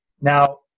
Now